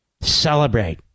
celebrate